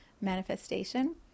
manifestation